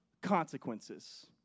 consequences